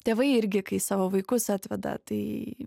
tėvai irgi kai savo vaikus atveda tai